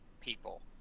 people